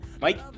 Mike